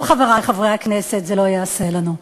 טוב, חברי חברי הכנסת, זה לא יעשה לנו.